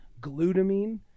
glutamine